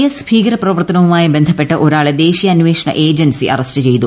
S ഭീകരപ്രവർത്ത്നവുമായി ബന്ധപ്പെട്ട് ഒരാളെ ദേശീയ അന്വേഷണ ഏജൻസി അറസ്റ്റ് ചെയ്തു